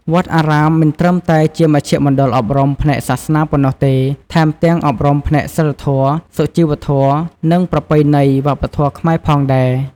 វត្តអារាមមិនត្រឹមតែជាមជ្ឈមណ្ឌលអប់រំផ្នែកសាសនាប៉ុណ្ណោះទេ ថែមទាំងអប់រំផ្នែកសីលធម៌ សុជីវធម៌ និងប្រពៃណីវប្បធម៌ខ្មែរផងដែរ។